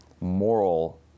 moral